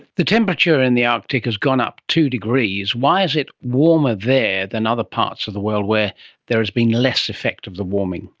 the temperature in the arctic has gone up two degrees. why is it a warmer there than other parts of the world where there has been less effect of the warming?